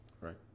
Right